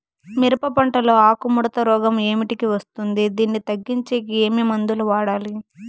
మిరప పంట లో ఆకు ముడత రోగం ఏమిటికి వస్తుంది, దీన్ని తగ్గించేకి ఏమి మందులు వాడాలి?